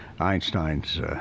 Einstein's